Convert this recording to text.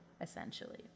essentially